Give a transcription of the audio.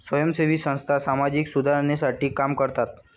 स्वयंसेवी संस्था सामाजिक सुधारणेसाठी काम करतात